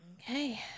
Okay